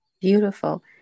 Beautiful